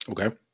Okay